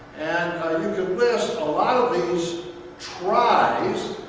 and you could list a lot of these tries.